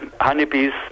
honeybees